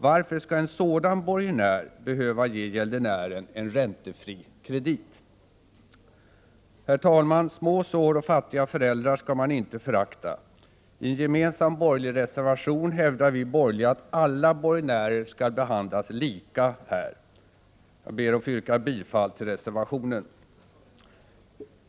Varför skall en sådan borgenär behöva ge gäldenären en räntefri kredit? Herr talman! Små sår och fattiga föräldrar skall man inte förakta. I en gemensam borgerlig reservation hävdar vi borgerliga att alla borgenärer skall behandlas lika här. Jag ber att få yrka bifall till reservationen.